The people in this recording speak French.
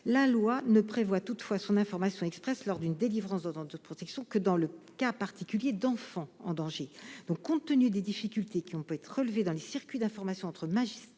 La loi ne prévoit toutefois son information expresse lors de la délivrance d'une ordonnance de protection que dans le cas particulier d'enfants en danger. Compte tenu des difficultés qui ont pu être relevées dans les circuits d'information entre magistrats